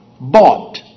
bought